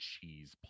cheese